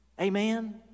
Amen